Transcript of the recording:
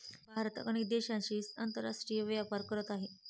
भारत अनेक देशांशी आंतरराष्ट्रीय व्यापार करत आहे